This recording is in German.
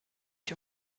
ich